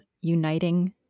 uniting